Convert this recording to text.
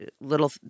little